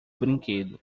brinquedo